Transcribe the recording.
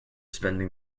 spending